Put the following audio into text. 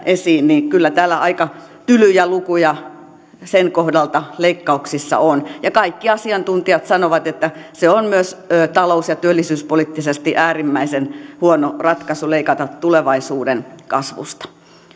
esiin niin kyllä täällä aika tylyjä lukuja sen kohdalta leikkauksissa on kaikki asiantuntijat sanovat että se on myös talous ja työllisyyspoliittisesti äärimmäisen huono ratkaisu leikata tulevaisuuden kasvusta